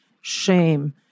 shame